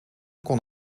kon